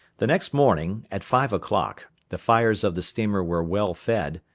the next morning, at five o'clock, the fires of the steamer were well fed,